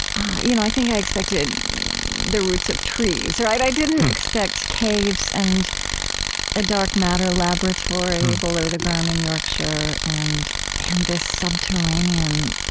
you know i think i expected the roots of trees. i didn't expect caves and a dark matter laboratory below the ground in yorkshire and and this subterranean